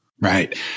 Right